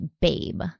Babe